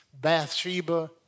Bathsheba